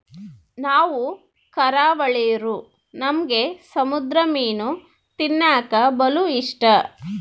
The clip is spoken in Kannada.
ನಾವು ಕರಾವಳಿರೂ ನಮ್ಗೆ ಸಮುದ್ರ ಮೀನು ತಿನ್ನಕ ಬಲು ಇಷ್ಟ